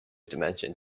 dimension